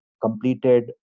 completed